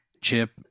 chip